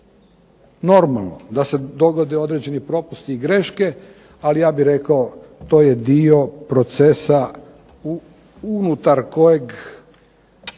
normalno da se dogode određeni propusti i greške, ali ja bih rekao to je dio procesa unutar kojeg